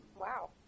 Wow